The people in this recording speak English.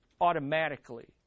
automatically